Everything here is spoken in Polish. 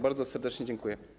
Bardzo serdecznie dziękuję.